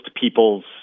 people's